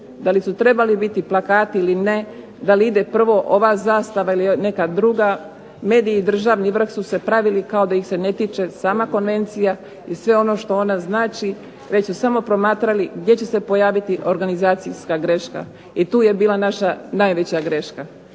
Da li su trebali biti plakati, da li ide prvo ova zastava ili neka druga, mediji i državni vrh su se pravili kao da ih se ne tiče sama konvencija i sve ono što ona znači, već su samo promatrali gdje će se pojaviti organizacijska greška i tu je bila naša najveća greška.